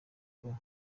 uko